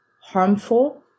harmful